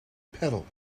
pedal